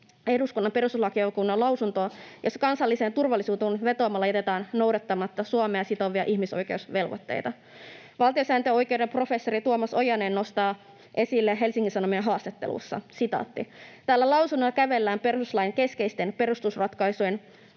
eduskunnan perustuslakivaliokunnan lausuntoa, jossa kansalliseen turvallisuuteen vetoamalla jätetään noudattamatta Suomea sitovia ihmisoikeusvelvoitteita. Valtiosääntöoikeuden professori Tuomas Ojanen nostaa esille Helsingin Sanomien haastattelussa: ”Tällä lausunnolla kävellään perustuslain keskeisten perusratkaisujen